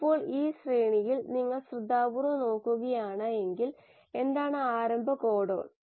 ഇപ്പോൾ ഈ ശ്രേണിയിൽ നിങ്ങൾ ശ്രദ്ധാപൂർവ്വം നോക്കുകയാണെങ്കിൽ എന്താണ് ആരംഭ കോഡൺ